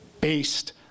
based